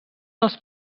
els